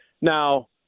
now